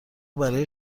برای